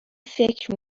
فکر